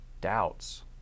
doubts